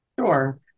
Sure